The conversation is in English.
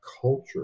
culture